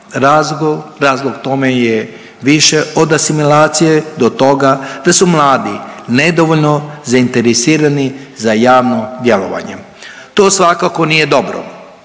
Razlog tome je više od asimilacije do toga da su mladi nedovoljno zainteresirani za javno djelovanje. To svakako nije dobro